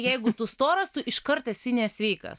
jeigu tu storas tu iškart esi nesveikas